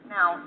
Now